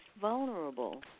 vulnerable